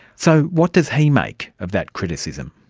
so what does he make of that criticism?